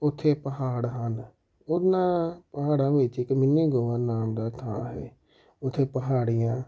ਉੱਥੇ ਪਹਾੜ ਹਨ ਉਹਨਾਂ ਪਹਾੜਾਂ ਵਿੱਚ ਇੱਕ ਮਿੰਨੀ ਗੋਆ ਨਾਮ ਦਾ ਥਾਂ ਹੈ ਉੱਥੇ ਪਹਾੜੀਆਂ